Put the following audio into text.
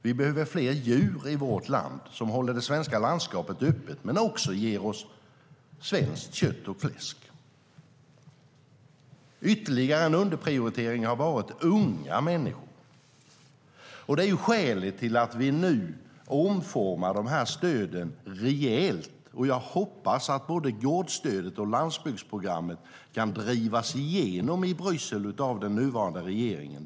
Vi behöver fler djur i vårt land, som håller det svenska landskapet öppet men också ger oss svenskt kött och fläsk. Ytterligare en underprioritering har varit unga människor. Det är skälet till att vi nu omformar stöden rejält. Och jag hoppas att både gårdsstödet och landsbygdsprogrammet kan drivas igenom i Bryssel av den nuvarande regeringen.